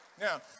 Now